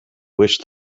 wish